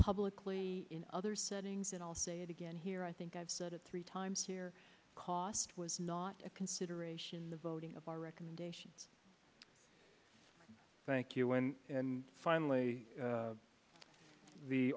publicly in other settings and i'll say it again here i think i've said it three times here cost was not a consideration the voting of our recommendation thank you when and finally